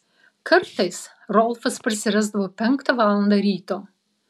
kartais rolfas parsirasdavo penktą valandą ryto